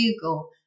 google